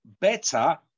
better